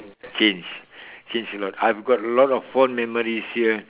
change change a lot I've got a lot of fond memories here